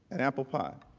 and apple pie.